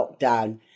lockdown